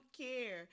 care